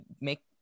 make